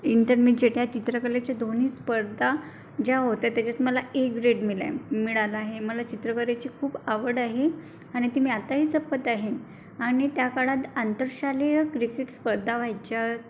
intermediate या चित्रकलेच्या दोन्ही स्पर्धा ज्या होत्या त्याच्यात मला ए ग्रेड मिला मिळाला आहे मला चित्रकलेची खूप आवड आहे आणि ती मी आताही जपत आहे आणि त्या काळात आंतरशालेय क्रिकेट स्पर्धा व्हायच्या